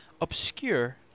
obscure